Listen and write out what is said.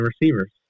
receivers